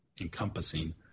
encompassing